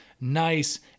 nice